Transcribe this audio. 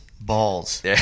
Balls